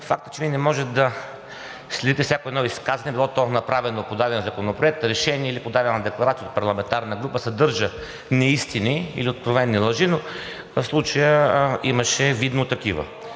факт е, че Вие не може да следите всяко едно изказване, направено по даден законопроект, решение или подадена декларация от парламентарна група, дали съдържа неистини или откровени лъжи, но в случая видно имаше такива.